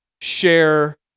share